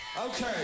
Okay